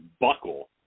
buckle